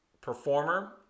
performer